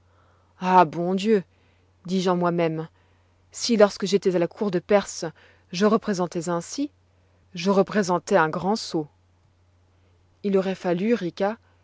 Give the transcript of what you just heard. ah bon dieu dis-je en moi-même si lorsque j'étois à la cour de perse je représentois ainsi je représentois un grand sot il auroit fallu rica